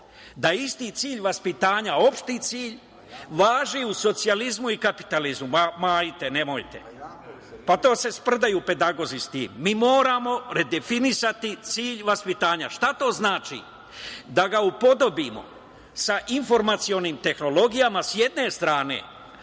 da isti cilj vaspitanja, opšti cilj važi u socijalizmu i kapitalizmu? Ma, hajte molim vas, pa to se sprdaju pedagozi sa tim. Mi moramo redefinisati cilj vaspitanja. Šta to znači? Znači da ga upodobimo sa informacionim tehnologijama sa jedne strane